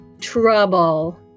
trouble